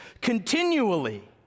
continually